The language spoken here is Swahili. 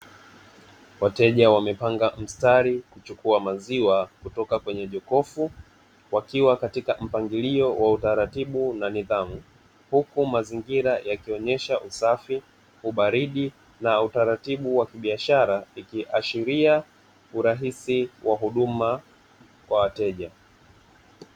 Wateja wamepanga mstari kuchukua maziwa kutoka kwenye jokofu wakiwa katika mpangilio wa utaratibu na nidhamu, huku mazingira yakionyesha usafi ubaridi na utaratibu wa kibiashara ikiashiria urahisi wa huduma kwa wateja.